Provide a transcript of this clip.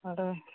हय